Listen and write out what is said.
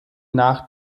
nach